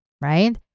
right